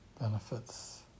benefits